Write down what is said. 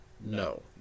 No